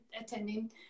attending